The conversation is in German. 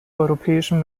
europäischem